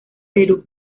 perú